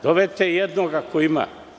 Dovedite jednog, ako ima.